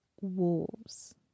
wolves